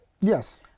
Yes